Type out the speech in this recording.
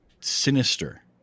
sinister